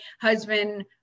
Husband